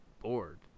bored